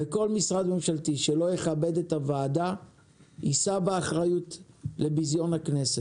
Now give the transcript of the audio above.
וכל משרד ממשלתי שלא יכבד את הוועדה יישא באחריות לביזיון הכנסת.